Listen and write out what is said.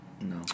No